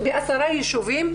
בעשרה יישובים,